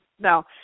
no